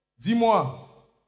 Dis-moi